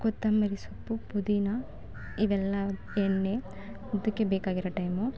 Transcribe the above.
ಕೊತ್ತಂಬರಿ ಸೊಪ್ಪು ಪುದೀನ ಇವೆಲ್ಲ ಎಣ್ಣೆ ಅದಕ್ಕೆ ಬೇಕಾಗಿರೋ ಟೈಮು